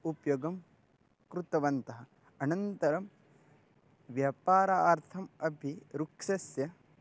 उपयोगं कृतवन्तः अनन्तरं व्यापारार्थम् अपि वृक्षस्य